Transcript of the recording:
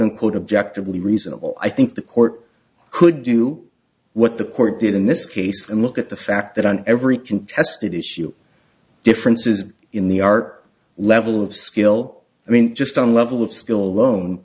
unquote objective really reasonable i think the court could do what the court did in this case and look at the fact that on every contested issue differences in the art level of skill i mean just on the level of skill alone